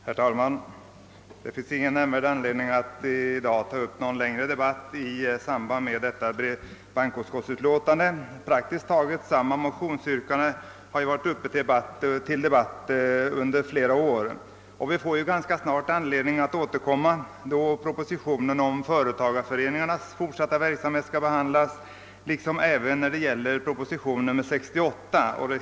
Herr talman! Det finns ingen nämnvärd anledning att i dag ta upp någon längre debatt i samband med detta utlåtande från bankoutskottet. Praktiskt taget samma motionsyrkanden har ju varit uppe till diskussion flera gånger tidigare under de senaste åren, och vi får dessutom ganska snart tillfälle att återkomma till frågan då propositionen om = företagareföreningarnas fortsatta verksamhet liksom propositionen nr 68 skall behandlas.